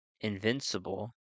invincible